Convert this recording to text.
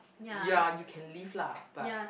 ya you can leave lah but